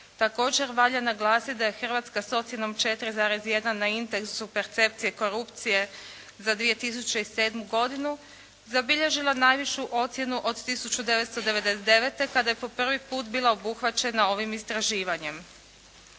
Također valja naglasiti da je Hrvatska s ocjenom 4,1 na indeksu percepcije korupcije za 2007. godinu zabilježila najveću ocjenu od 1999. kada je po prvi put bila obuhvaćena ovim istraživanjem.